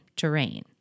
terrain